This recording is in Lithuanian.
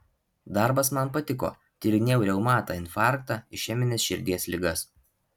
darbas man patiko tyrinėjau reumatą infarktą išemines širdies ligas